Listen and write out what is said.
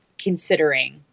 considering